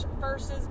versus